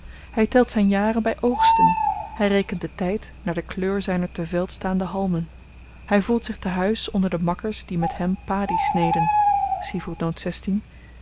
hy telt zyn jaren by oogsten hy rekent den tyd naar de kleur zyner te veld staande halmen hy voelt zich te-huis onder de makkers die met hem padie sneden